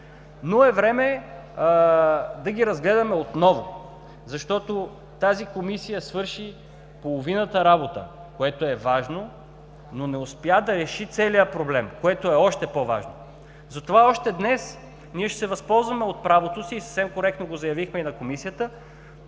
но е време да ги разгледаме отново, защото тази Комисия свърши половината работа, което е важно, но не успя да реши целия проблем, което е още по-важно. Затова още днес ние ще се възползваме от правото си, съвсем коректно го заявихме и на Комисията,